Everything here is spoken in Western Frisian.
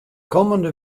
kommende